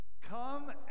Come